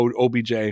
OBJ